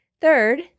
Third